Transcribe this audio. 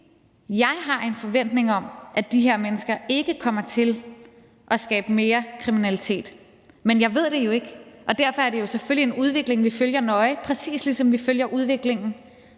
jeg har en forventning om, at de her mennesker ikke kommer til at skabe mere kriminalitet, men jeg ved det jo ikke, og derfor er det selvfølgelig en udvikling, vi følger nøje, præcis ligesom vi følger udviklingen